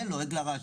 זה לועג לרש.